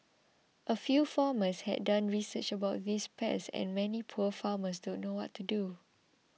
a few farmers have done research about these pests and many poor farmers don't know what to do